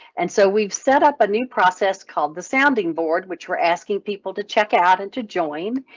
and so we've set up a new process called the sounding board, which we're asking people to check out and to join.